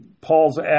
Paul's